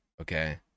okay